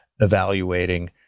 evaluating